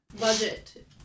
Budget